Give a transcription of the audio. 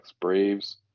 Braves